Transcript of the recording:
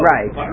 Right